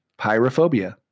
Pyrophobia